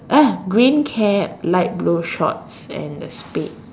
ah green cap light blue shorts and the spade